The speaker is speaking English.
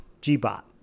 G-Bot